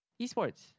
esports